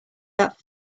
that